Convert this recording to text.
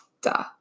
Duh